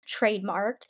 trademarked